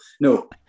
no